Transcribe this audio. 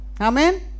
amen